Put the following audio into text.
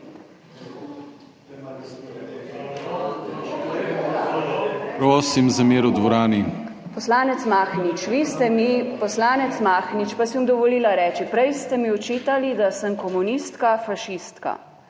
evropske zadeve):** Poslanec Mahnič, vi ste mi, poslanec Mahnič, pa si bom dovolila reči, prej ste mi očitali, da sem komunistka, fašistka.